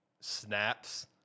snaps